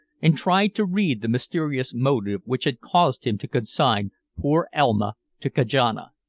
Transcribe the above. and tried to read the mysterious motive which had caused him to consign poor elma to kajana.